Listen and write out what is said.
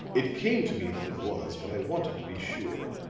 it came to me that it was, but i wanted to be sure.